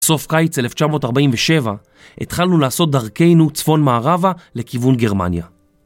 בסוף קיץ 1947 התחלנו לעשות דרכנו צפון מערבה לכיוון גרמניה.